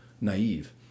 naive